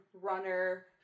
runner